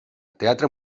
teatre